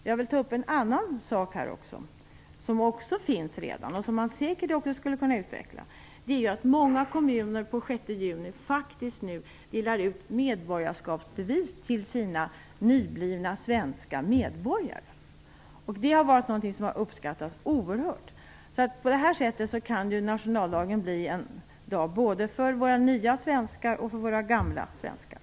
Jag vill också ta upp en annan sak, som säkert skulle kunna utvecklas. Många kommuner delar ju nu den 6 juni ut medborgarskapsbevis till sina nyblivna svenska medborgare. Det har uppskattats oerhört. På det sättet kan nationaldagen bli en dag för både våra nya svenskar och våra gamla svenskar.